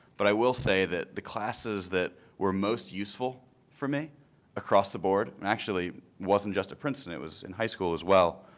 but i will say that the classes that were most useful for me across the board actually wasn't just at princeton, it was in high school as well,